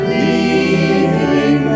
leaving